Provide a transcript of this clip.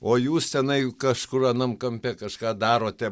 o jūs tenai kažkur anam kampe kažką darote